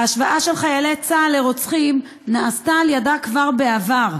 ההשוואה של חיילי צה"ל לרוצחים נעשתה על-ידיה כבר בעבר,